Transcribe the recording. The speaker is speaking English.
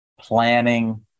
planning